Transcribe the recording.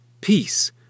peace